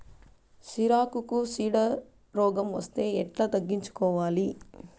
సిరాకుకు చీడ రోగం వస్తే ఎట్లా తగ్గించుకోవాలి?